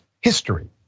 history